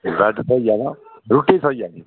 bed थ्होई जाना रुट्टी थ्होई जानी